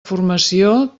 formació